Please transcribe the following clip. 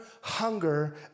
hunger